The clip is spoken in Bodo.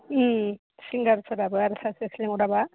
सिंगारफोराबो आरो सासे सासे लिंहराबा